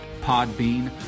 Podbean